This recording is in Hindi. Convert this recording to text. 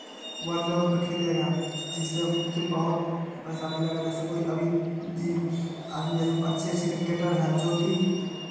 वर्ल्ड लेबल पर खेलेगा जिससे उसे बहुत पैसा मिलेगा जैसे कोई अभी आदमी जैसे अच्छे अच्छे क्रिकेटर है जो कि